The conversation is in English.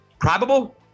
Probable